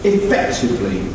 Effectively